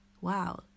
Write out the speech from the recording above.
wow